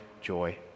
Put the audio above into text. joy